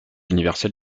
universel